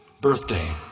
birthday